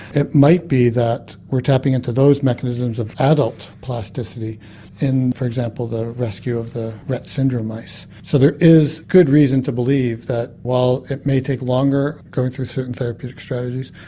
it might be that we're tapping into those mechanisms of adult plasticity in for example the rescue of the rett syndrome mice. so there is good reason to believe that while it may take longer going through certain therapeutic strategies,